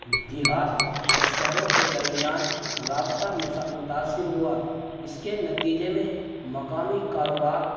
دیہات اور شہروں کے درمیان رابطہ متاثر ہوا اس کے نتیجے میں مقامی کاروبار